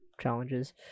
challenges